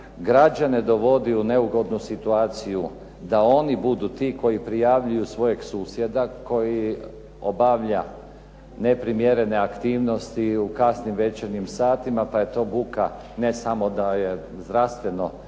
građane dovodi u neugodnu situaciju da oni budu ti koji prijavljuju svojeg susjeda koji obavlja neprimjerene aktivnosti u kasnim večernjim satima pa je to buka ne samo da je zdravstveno